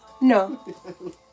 No